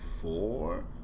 Four